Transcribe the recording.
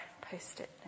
post-it